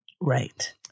Right